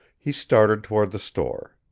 he started toward the store.